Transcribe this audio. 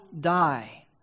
die